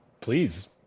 Please